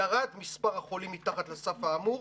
ירד מספר החולים מתחת לסף האמור,